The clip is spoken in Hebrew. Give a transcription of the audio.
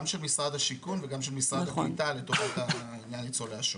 גם של משרד השיכון וגם של משרד הקליטה לטובת ניצולי השואה.